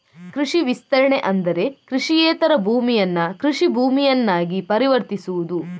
ಕೃಷಿ ವಿಸ್ತರಣೆ ಅಂದ್ರೆ ಕೃಷಿಯೇತರ ಭೂಮಿಯನ್ನ ಕೃಷಿ ಭೂಮಿಯನ್ನಾಗಿ ಪರಿವರ್ತಿಸುವುದು